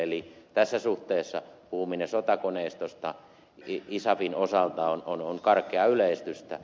eli tässä suhteessa puhuminen sotakoneistosta isafin osalta on karkeaa yleistystä